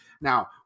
Now